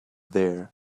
there